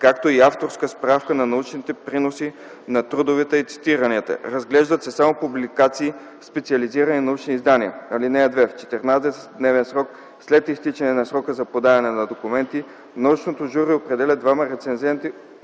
както и авторска справка на научните приноси на трудовете и цитиранията. Разглеждат се само публикации в специализирани научни издания. (2) В 14-дневен срок след изтичане на срока за подаване на документи научното жури определя двама рецензенти,